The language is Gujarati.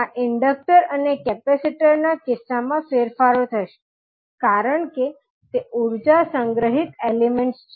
આ ઇન્ડક્ટર અને કેપેસિટર ના કિસ્સામાં ફેરફારો થશે કારણ કે તે ઊર્જા સંગ્રહિત એલિમેન્ટસ છે